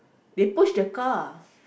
they push the car